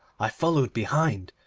i followed behind,